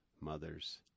mothers